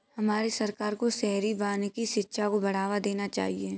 हमारे सरकार को शहरी वानिकी शिक्षा को बढ़ावा देना चाहिए